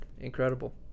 incredible